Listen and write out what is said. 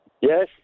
Yes